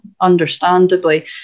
understandably